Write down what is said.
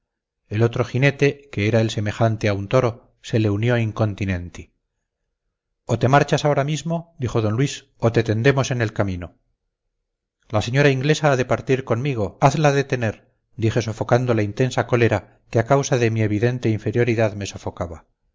el otro jinete que era el semejante a un toro se le unió incontinenti o te marchas ahora mismo dijo d luis o te tendemos en el camino la señora inglesa ha de partir conmigo hazla detener dije sofocando la intensa cólera que a causa de mi evidente inferioridad me sofocaba